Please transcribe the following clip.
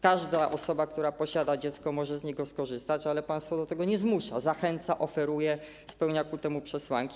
Każda osoba, która posiada dziecko, może z niego skorzystać, ale państwo do tego nie zmusza, zachęca, oferuje, jeżeli spełnia ku temu przesłanki.